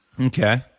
okay